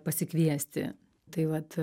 pasikviesti tai vat